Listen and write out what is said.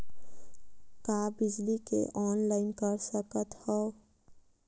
का बिजली के ऑनलाइन कर सकत हव?